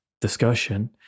discussion